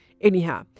Anyhow